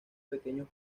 pequeños